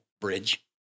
bridge